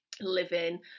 living